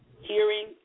hearing